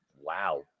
wow